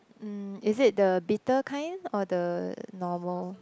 mm is it the bitter kind or the normal